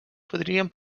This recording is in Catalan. podrien